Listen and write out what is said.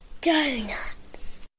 Donuts